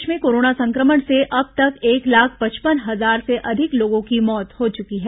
देश में कोरोना संक्रमण से अब तक एक लाख पचपन हजार से अधिक लोगों की मौत हो चुकी है